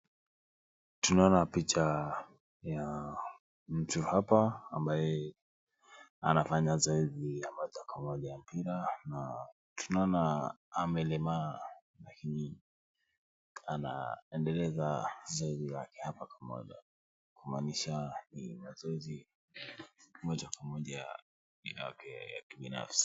Tunaona picha ya mtu hapa, ambaye anafanya zoezi ya moja kwa moja ya mpira, na tunaona amelemaa lakini anaendeleza zoezi lake hapa kwa moja, kumaanisha ni mazoezi moja kwa moja yake ya kibinafsi.